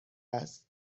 است